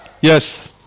yes